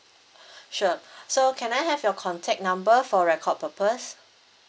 sure so can I have your contact number for record purpose